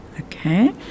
okay